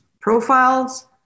profiles